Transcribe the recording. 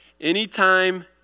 Anytime